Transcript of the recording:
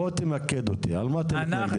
בואו תמקד אותי, על מה אתה מתנגד?